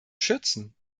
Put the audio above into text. schützen